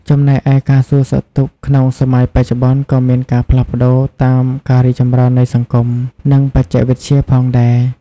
ចំណែកឯ ការសួរសុខទុក្ខក្នុងសម័យបច្ចុប្បន្ន ក៏មានការផ្លាស់ប្ដូរតាមការរីកចម្រើននៃសង្គម និងបច្ចេកវិទ្យាផងដែរ។